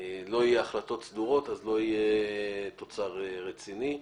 ולא יהיו החלטות סדורות, אז לא יהיה תוצר רציני.